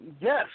Yes